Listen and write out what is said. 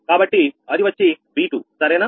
కాబట్టి అది వచ్చి 𝑉2 సరేనా